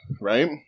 right